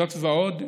זאת ועוד,